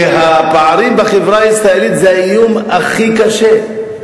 כי הפערים בחברה הישראלית זה האיום הכי קשה,